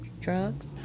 drugs